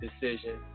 decision